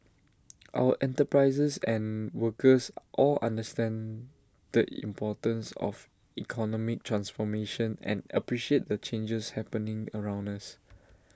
our enterprises and workers all understand the importance of economic transformation and appreciate the changes happening around us